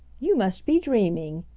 you must be dreaming,